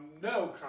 no